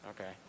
Okay